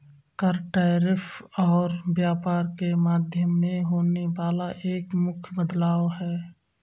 कर, टैरिफ और व्यापार के माध्यम में होने वाला एक मुख्य बदलाव हे